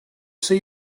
see